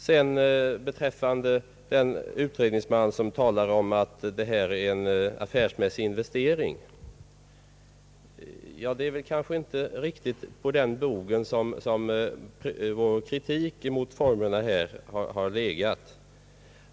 Sedan nämndes här den utredningsman som talat om att det här är fråga om en affärsmässig investering. Ja, det är kanske inte riktigt på den bogen som vår kritik beträffande formerna för verksamheten har legat.